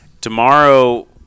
Tomorrow